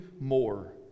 more